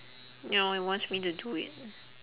ya he wants me to do it